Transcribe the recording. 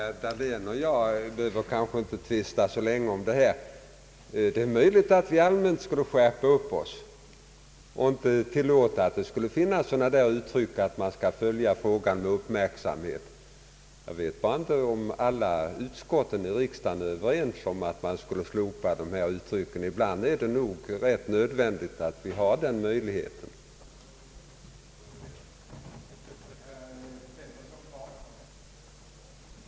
Herr talman! Herr Dahlén och jag kanske inte behöver tvista så länge om detta spörsmål. Det är möjligt att vi rent allmänt borde skärpa oss och inte använda uttryck som att vi skall ”följa frågan med uppmärksamhet”. Jag vet bara inte om alla utskott i riksdagen är med på att sådana uttryck borde slopas. Ibland är det nog ganska nödvändigt för oss att ha möjligheten att använda dem.